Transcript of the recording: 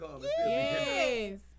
Yes